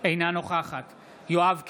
אינה נוכחת יואב קיש,